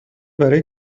برای